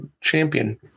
champion